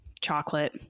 chocolate